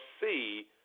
see